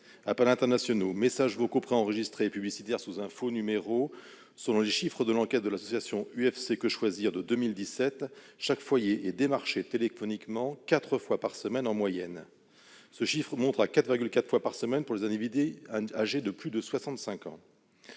Appels internationaux, messages vocaux préenregistrés et publicitaires sous un faux numéro ... Selon les chiffres de l'enquête de l'UFC-Que Choisir de 2017, chaque foyer est démarché téléphoniquement 4 fois par semaine en moyenne. Ce chiffre monte à 4,4 fois par semaine pour les personnes âgées de plus de 65 ans.